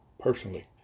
personally